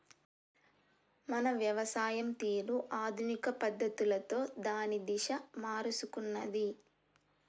మన వ్యవసాయం తీరు ఆధునిక పద్ధతులలో దాని దిశ మారుసుకున్నాది